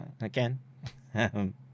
Again